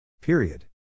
Period